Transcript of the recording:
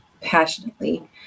passionately